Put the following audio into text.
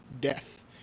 death